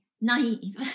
naive